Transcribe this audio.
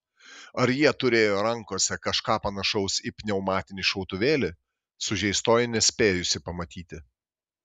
ar jie turėjo rankose kažką panašaus į pneumatinį šautuvėlį sužeistoji nespėjusi pamatyti